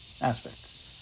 aspects